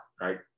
right